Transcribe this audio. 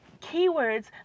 keywords